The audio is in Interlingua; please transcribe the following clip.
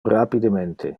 rapidemente